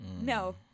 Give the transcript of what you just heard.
no